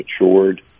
matured